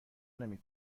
نمی